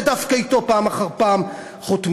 ודווקא אתו פעם אחר פעם חותמים.